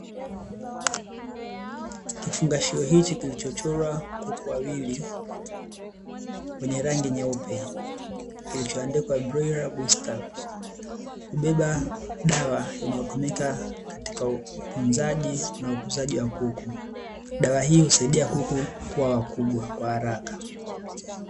Kifungashio hichi kilichochorwa kuku wawili wenye rangi nyeupe, kilichoandikwa "broiler booster" hubeba dawa inayotumika katika utunzaji na ukuzaji wa kuku, dawa hiyo husaidia kuku kuwa wakubwa kwa haraka.